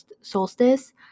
solstice